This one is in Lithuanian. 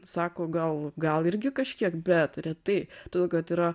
sako gal gal irgi kažkiek bet retai todėl kad yra